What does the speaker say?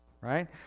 Right